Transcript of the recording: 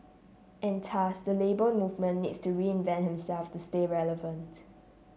and thus the Labour Movement needs to reinvent themself to stay relevant